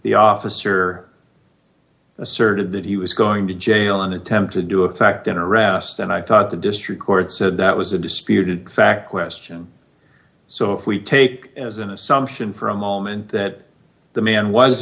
the officer asserted that he was going to jail an attempt to do in fact an arrest and i thought the district court said that was a disputed fact question so if we take as an assumption for a moment that the man was